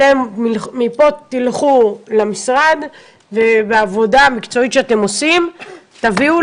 אתם תלכו מפה למשרד ובעבודה המקצועית שאתם עושים תביאו